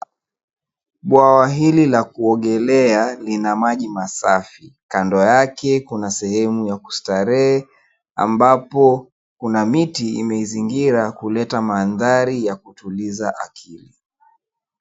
Bwawa hili la kuogelea lina maji masafi. Kando yake kuna sehemu ya kustarehe ambapo kuna miti imeizingira kuleta mandhari ya kutuliza akili.